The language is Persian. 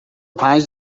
پنج